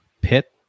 pit